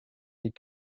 les